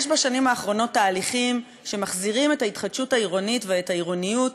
יש בשנים האחרונות תהליכים שמחזירים את ההתחדשות העירונית ואת העירוניות